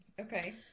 okay